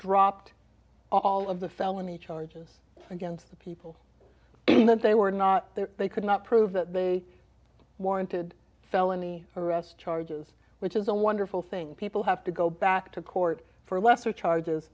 dropped all of the felony charges against the people that they were not there they could not prove that they warranted felony arrest charges which is a wonderful thing people have to go back to court for lesser charge